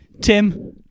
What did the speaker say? Tim